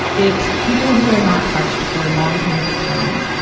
it people who are not touched for long periods of time,